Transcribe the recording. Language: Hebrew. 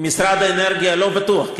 לא בטוח.